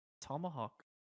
Tomahawk